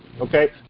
okay